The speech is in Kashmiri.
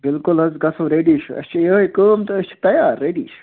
بِلکُل حظ گژھو ریڈی چھُ اَسہِ چھِ یِہَے کٲم تہٕ أسۍ چھِ تَیار ریڈی چھِ